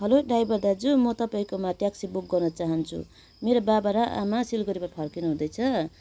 hello driver दाजू म तपाईँकोमा ट्याक्सी बुक गर्न चाहन्छु मेरो बाबा र आमा सिलगढीबाट फर्किनुहुँदैछ